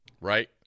right